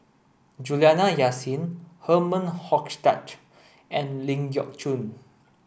Juliana Yasin Herman Hochstadt and Ling Geok Choon